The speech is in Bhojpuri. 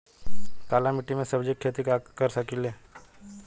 काली मिट्टी में सब्जी के खेती कर सकिले?